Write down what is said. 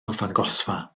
arddangosfa